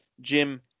Jim